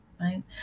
right